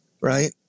right